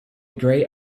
grey